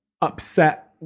upset